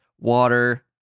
water